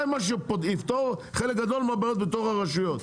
זה מה שיפתור חלק גדול מהבעיות בתוך הרשויות.